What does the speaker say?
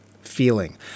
feeling